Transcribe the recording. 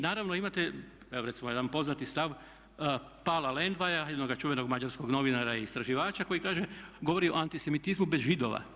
Naravno imate evo recimo jedan poznati stav Paula Lendvaja jednoga čuvenog mađarskog novinara i istraživača koji govori o antisemitizmu bez Židova.